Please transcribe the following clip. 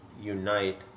unite